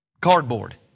Cardboard